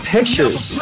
Pictures